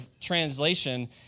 translation